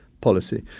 policy